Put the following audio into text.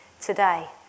today